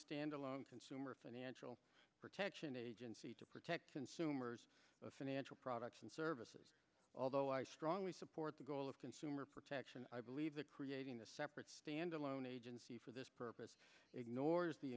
standalone consumer financial protection agency to protect consumers of financial products and services although i strongly support the goal of consumer protection i believe that creating a separate standalone agency for this purpose ignores the